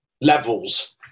Levels